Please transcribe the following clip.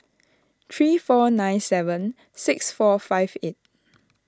three four nine seven six four five eight